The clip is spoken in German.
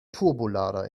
turbolader